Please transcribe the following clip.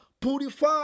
purify